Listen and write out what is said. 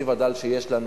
בתקציב הדל שיש לנו,